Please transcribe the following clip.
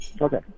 Okay